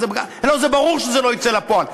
הלוא זה ברור שזה לא יצא לפועל,